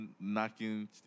knocking